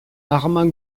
armand